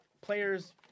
players